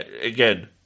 again